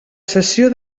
cessió